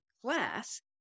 class